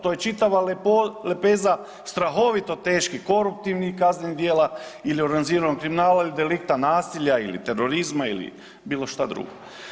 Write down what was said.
To je čitava lepeza strahovito teških koruptivnih kaznenih djela ili organiziranog kriminala ili delikta nasilja ili terorizma ili bilo šta drugo.